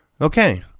okay